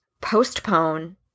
postpone